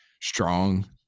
strong